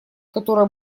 которое